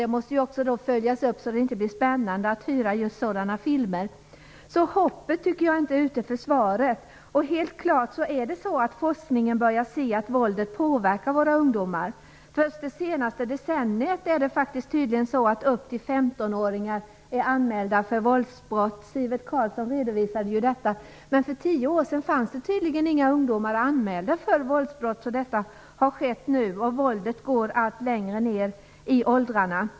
Det måste också följas upp på ett sådant sätt att det inte blir spännande att hyra filmer med just sådant innehåll. Jag tycker efter det lämnade svaret inte att hoppet är ute. Det är helt klart så att man i forskningen börjar se att våldet påverkar våra ungdomar. Som Sivert Carlsson redovisade har under det senaste decenniet ungdomar i åldern upp till 15 år anmälts för våldsbrott, medan det för tio år sedan tydligen inte fanns några ungdomar anmälda för våldsbrott. Detta är något som har kommit nu, och våldet går allt längre ned i åldrarna.